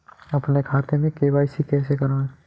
अपने खाते में के.वाई.सी कैसे कराएँ?